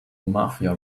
mafia